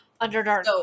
Underdark